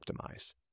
optimize